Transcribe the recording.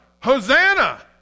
Hosanna